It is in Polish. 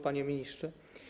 Panie Ministrze!